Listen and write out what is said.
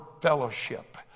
fellowship